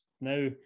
now